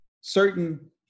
certain